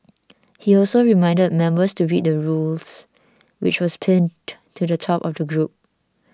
he also reminded members to read the rules which was pinned to the top of the group